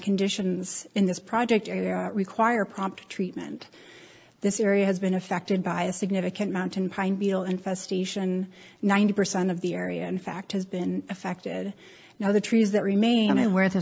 conditions in this project require prompt treatment this area has been affected by a significant mountain pine beetle infestation ninety percent of the area in fact has been affected now the trees that remain where th